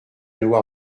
loi